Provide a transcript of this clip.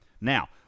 Now